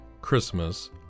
Christmas